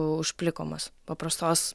užplikomas paprastos